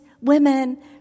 women